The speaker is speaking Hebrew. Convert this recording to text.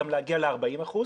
גם להגיע ל-40 אחוזים